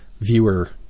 viewer